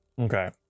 Okay